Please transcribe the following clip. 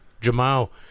Jamal